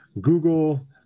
Google